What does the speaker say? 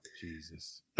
Jesus